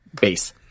base